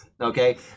Okay